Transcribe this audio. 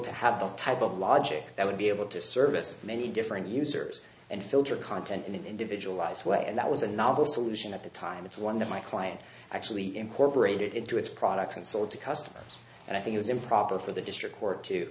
to have the type of logic that would be able to service many different users and filter content in an individualized way and that was a novel solution at the time it's one that my client actually incorporated into its products and sold to customers and i think it's improper for the district court to